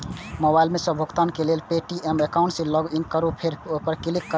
mobile सं भुगतान करै लेल पे.टी.एम एकाउंट मे लॉगइन करू फेर पे पर क्लिक करू